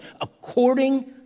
according